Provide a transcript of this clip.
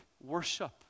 worship